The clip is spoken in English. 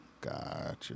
Gotcha